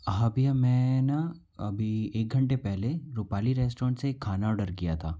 हाँ भैया मैं ना अभी एक घंटे पहले रुपाली रेस्टोरेंट से एक खाना ऑर्डर किया था